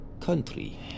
country